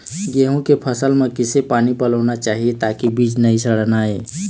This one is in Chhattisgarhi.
गेहूं के फसल म किसे पानी पलोना चाही ताकि बीज नई सड़ना ये?